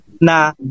na